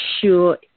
sure